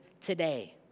today